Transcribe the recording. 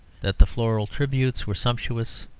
that the floral tributes were sumptuous,